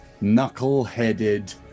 knuckle-headed